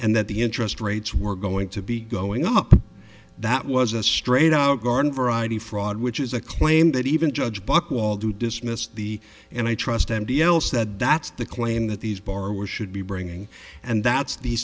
and that the interest rates were going to be going up that was a straight out garden variety fraud which is a claim that even judge buchwald who dismissed the and i trust m t l said that's the claim that these borrowers should be bringing and that's the